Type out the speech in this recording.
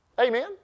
Amen